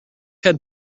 had